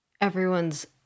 everyone's